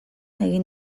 egin